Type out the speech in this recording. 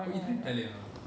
but you didn't tell him ah